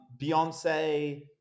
Beyonce